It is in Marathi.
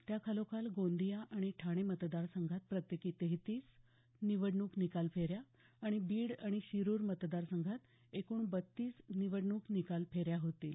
त्या खालोखाल गोंदिया आणि ठाणे मतदारसंघात प्रत्येकी तेहतीस निवडणूक निकाल फेऱ्या आणि बीड आणि शिरुर मतदारसंघात एकूण बत्तीस निवडणूक निकाल फेऱ्या होतील